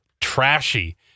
trashy